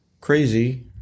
crazy